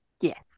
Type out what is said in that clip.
Yes